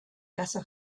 caso